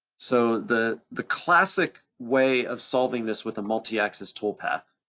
so the the classic way of solving this with a multiaxis toolpath,